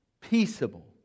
peaceable